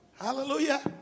Hallelujah